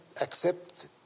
accept